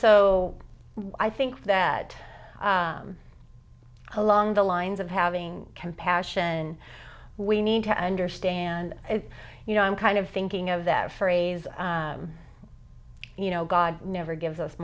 so i think that along the lines of having compassion we need to understand you know i'm kind of thinking of that phrase you know god never gives us